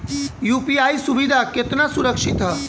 UPI सुविधा केतना सुरक्षित ह?